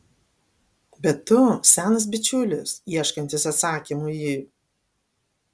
bet tu senas bičiulis ieškantis atsakymų į